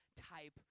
type